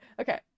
Okay